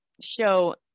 show